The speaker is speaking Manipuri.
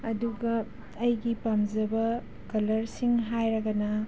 ꯑꯗꯨꯒ ꯑꯩꯒꯤ ꯄꯥꯝꯖꯕ ꯀꯂꯔꯁꯤꯡ ꯍꯥꯏꯔꯒꯅ